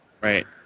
Right